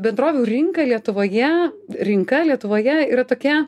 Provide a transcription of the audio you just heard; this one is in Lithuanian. bendrovių rinka lietuvoje rinka lietuvoje yra tokia